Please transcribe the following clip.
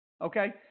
Okay